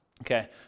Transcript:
Okay